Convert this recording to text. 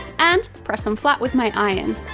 and press them flat with my iron.